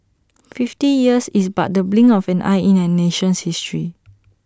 fifty years is but the blink of an eye in A nation's history